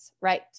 right